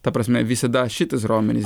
ta prasme visada šitas raumenis